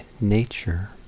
nature